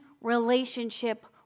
relationship